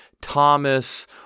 Thomas